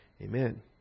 Amen